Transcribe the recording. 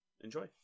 enjoy